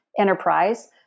enterprise